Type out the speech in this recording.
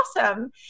awesome